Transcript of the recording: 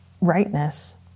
Rightness